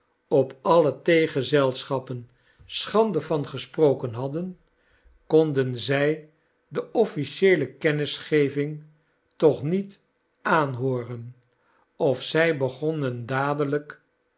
op alle theegezelschappen schande van gesproken hadden konden zij de officieele kennisgeving toch niet aanhooren of zij begonnen dadelijk